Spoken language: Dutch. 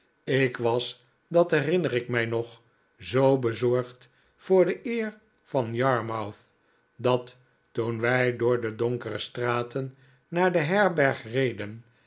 ik was dat herinner ik mij nog zoo bezorgd voor de eer van yarmouth dat toen wij door de donkere straten naar de herberg xeden